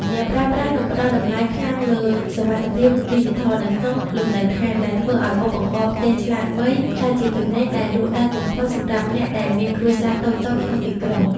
អ្នកប្រើប្រាស់នឹងផ្ដល់តម្លៃខ្លាំងលើ "សុវត្ថិភាពឌីជីថល" នៅក្នុងលំនៅឋាន ដែលធ្វើឱ្យឧបករណ៍ផ្ទះឆ្លាតវៃ ក្លាយជាទំនិញដែលលក់ដាច់បំផុតសម្រាប់អ្នកដែលមានគ្រួសារតូចៗក្នុងទីក្រុង។